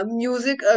music